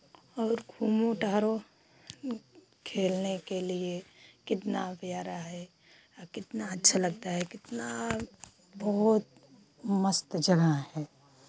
और घूमो टहलो खेलने के लिए कितना प्यारा है आ कितना अच्छा लगता है कितना बहुत मस्त जगह है